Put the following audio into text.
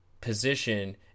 position